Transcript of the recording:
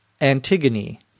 Antigone